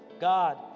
God